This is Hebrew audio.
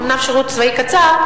אומנם שירות צבאי קצר,